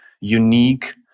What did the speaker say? unique